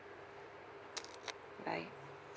bye